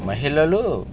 మహిళలు